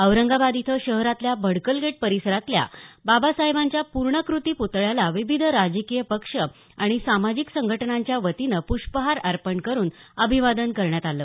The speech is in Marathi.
औरंगाबाद इथं शहरातल्या भडकल गेट परिसरातल्या बाबासाहेबांच्या पूर्णाकृती पुतळ्याला विविध राजकीय पक्ष आणि सामाजिक संघटनांच्या वतीनं पृष्पहार अर्पण करून अभिवादन करण्यात आलं